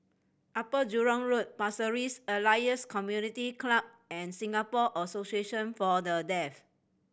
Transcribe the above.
Upper Jurong Road Pasir Ris Elias Community Club and Singapore Association For The Deaf